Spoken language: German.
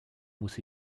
muss